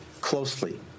closely